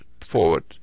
forward